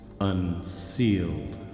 unsealed